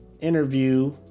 interview